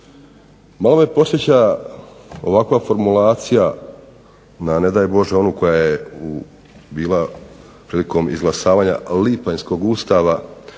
Malo me podsjeća ovakva formulacija na ne daj bože onu koja je bila prilikom izglasavanja lipanjskog Ustava